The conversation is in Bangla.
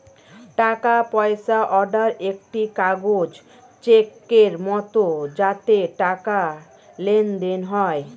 টাকা পয়সা অর্ডার একটি কাগজ চেকের মত যাতে টাকার লেনদেন হয়